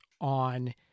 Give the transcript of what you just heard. on